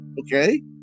Okay